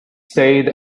stayed